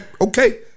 okay